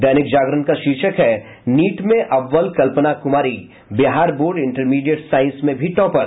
दैनिक जागरण का शीर्षक है नीट में अव्वल Kalpana Kumari Bihar board intermediate science में भी टॉपर